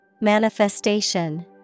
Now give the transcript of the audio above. Manifestation